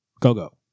Go-Go